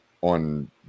on